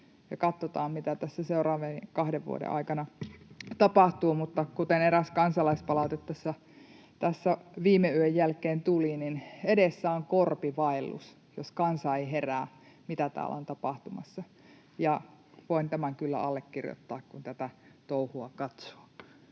katsotaan, mitä tässä seuraavien kahden vuoden aikana tapahtuu. Mutta kuten eräs kansalaispalaute tässä viime yön jälkeen tuli, niin edessä on korpivaellus, jos kansa ei herää siihen, mitä täällä on tapahtumassa, ja voin tämän kyllä allekirjoittaa, kun tätä touhua katsoo.